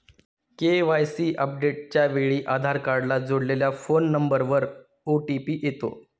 KYC अपडेटच्या वेळी आधार कार्डला जोडलेल्या फोन नंबरवर ओ.टी.पी येतो